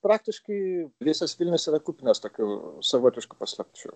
praktiškai visas vilnius yra kupinas tokių savotiškų paslapčių